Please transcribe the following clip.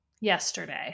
yesterday